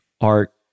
art